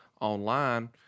online